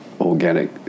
organic